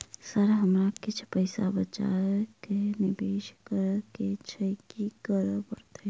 Sir हमरा किछ पैसा बचा कऽ निवेश करऽ केँ छैय की करऽ परतै?